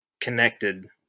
connected